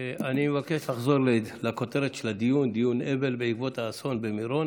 אני מבקש לחזור לכותרת של הדיון: דיון אבל בעקבות האסון במירון,